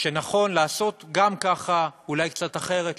שנכון לעשות גם ככה ואולי קצת אחרת.